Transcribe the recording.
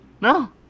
No